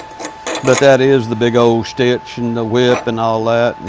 but that is the big ol' stitch and the whip and all that.